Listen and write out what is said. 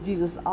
Jesus